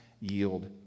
yield